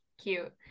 Cute